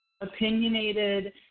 opinionated